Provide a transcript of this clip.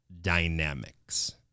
dynamics